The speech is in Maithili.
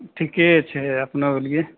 ठीके छै अपन बोलिए